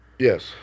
Yes